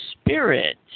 Spirit